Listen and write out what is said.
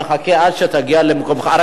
נחכה עד שתגיע למקומך.